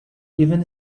even